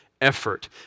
effort